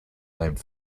named